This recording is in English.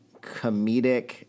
comedic